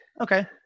okay